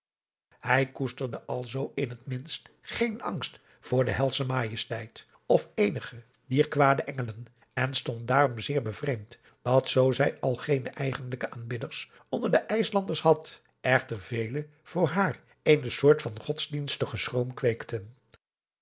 hij koesterde alzoo in het minst geen angst voor de helsche majesteit of eenige dier kwade engelen en stond daarom zeer bevreemd dat zoo zij al geene eigenlijke aanbidders onder de ijslanders had echter vele voor haar eene soort van godsdienstigen schroom kweekten